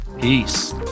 Peace